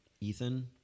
Ethan